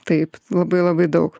taip labai labai daug